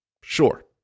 Sure